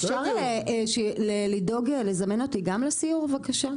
אפשר לדאוג לזמן אותי גם לסיור בבקשה?